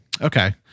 Okay